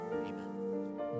amen